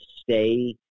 stay